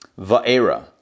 Va'era